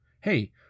Hey